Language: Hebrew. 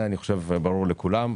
ואני חושב שזה ברור לכולם.